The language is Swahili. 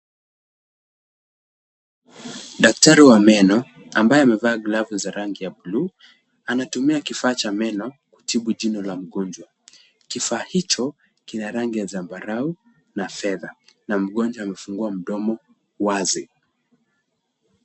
Daktari wa meno ambaye amevaa glavu za rangi ya buluu, anatumia kifaa cha meno kutibu jino la mgonjwa. Kifaa hicho kina rangi ya zambarau na fedha na mgonjwa amefungua mdomo wazi.